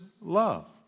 love